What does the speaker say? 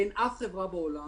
אין אף חברה בעולם